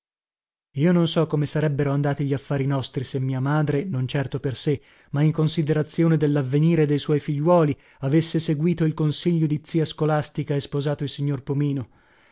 io non so come sarebbero andati gli affari nostri se mia madre non certo per sé ma in considerazione dellavvenire dei suoi figliuoli avesse seguìto il consiglio di zia scolastica e sposato il signor pomino